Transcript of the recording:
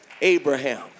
Abraham